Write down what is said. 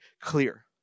clear